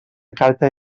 carta